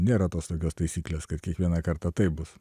nėra tos tokios taisyklės kad kiekvieną kartą taip bus